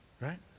Right